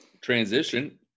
Transition